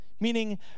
meaning